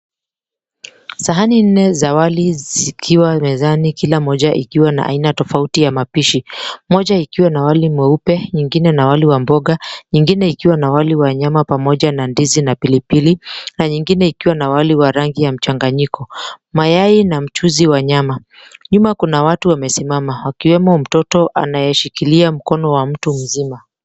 Sahani nne za wali zikiwa mezani kila moja ikiwa na aina tofauti ya mapishi. Moja ikiwa na wali mweupe, nyingine na wali wa mboga, nyingine ikiwa na wali wa nyama pamoja na ndizi na pilipili na nyingine ikiwa na wali wa rangi ya mchanganyiko, mayai na mchuzi wa nyama. Nyuma kuna watu wamesimama ikiwemo mtoto anyeshikilia mkono wa mtu mzima.